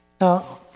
Now